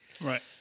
right